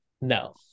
no